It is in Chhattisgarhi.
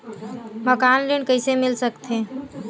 मकान ऋण कइसे मिल सकथे?